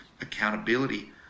accountability